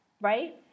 right